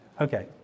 Okay